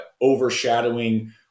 overshadowing